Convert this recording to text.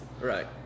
Right